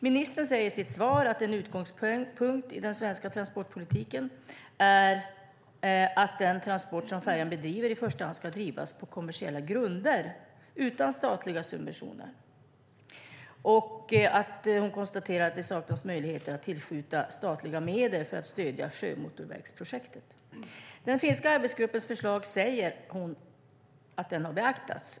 Ministern säger i sitt svar att en utgångspunkt i den svenska transportpolitiken är att de transporter som sker med färja i första hand ska bedrivas på kommersiella grunder utan statliga subventioner. Hon konstaterar att det saknas möjligheter att tillskjuta statliga medel för att stödja sjömotorvägsprojektet. Hon säger att den finska arbetsgruppens förslag har beaktats.